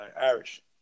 Irish